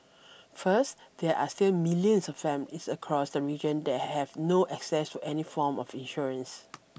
first there are still millions of families across the region that have no access to any form of insurance